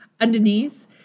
underneath